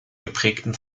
geprägten